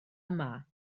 yma